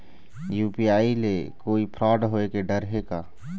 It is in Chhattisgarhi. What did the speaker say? यू.पी.आई ले कोई फ्रॉड होए के डर हे का?